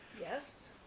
Yes